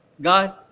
God